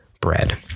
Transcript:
bread